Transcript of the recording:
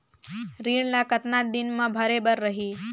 ऋण ला कतना दिन मा भरे बर रही?